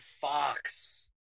Fox